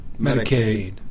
Medicaid